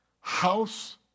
house